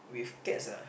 with cats ah